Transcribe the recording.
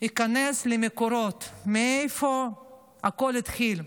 אני איכנס למקורות, מאיפה הכול התחיל.